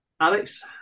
Alex